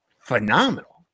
phenomenal